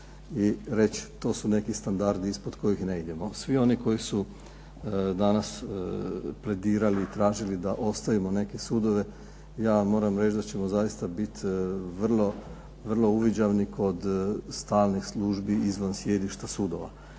i reći to su neki standardi ispod kojih ne idemo. Svi oni koji su danas pledirali i tražili da ostavimo neke sudove, ja moram reći da ćemo zaista biti vrlo uviđavni kod stalnih službi izvan sjedišta sudova.